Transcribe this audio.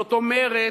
זאת אומרת,